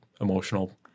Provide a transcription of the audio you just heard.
emotional